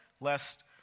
lest